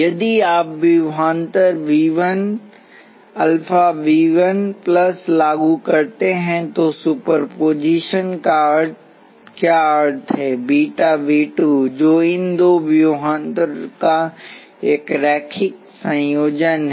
यदि आप विभवांतर अल्फा V 1 प्लस लागू करते हैं तो सुपरपोजिशन का क्या अर्थ है बीटा वी 2 जो इन दो विभवांतर का एक रैखिक संयोजन है